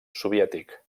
soviètic